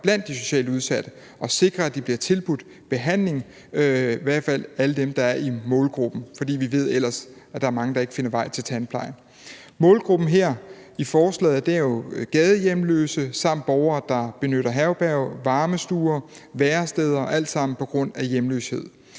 blandt de socialt udsatte, som sikrer, at de bliver tilbudt behandling, i hvert fald alle dem, der er i målgruppen, for vi ved, at der er mange, der ellers ikke finder vej til tandplejen. Målgruppen her i forslaget er gadehjemløse samt borgere, der benytter herberger, varmestuer og væresteder, alt sammen på grund af hjemløshed,